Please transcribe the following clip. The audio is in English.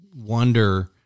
wonder